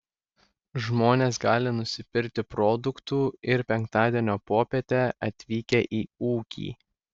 žmonės gali nusipirkti produktų ir penktadienio popietę atvykę į ūkį